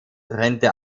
trennte